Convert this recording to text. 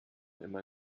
immer